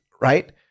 right